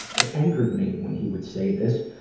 it angered me when he would say this.